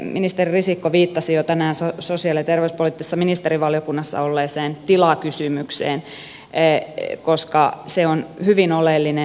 ministeri risikko viittasi jo tänään sosiaali ja terveyspoliittisessa ministerivaliokunnassa olleeseen tilakysymykseen koska se on hyvin oleellinen